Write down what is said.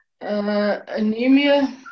anemia